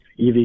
EV